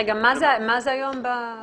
רגע, מה זה היום בדירקטיבה?